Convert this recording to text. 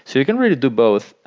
so you can really do both.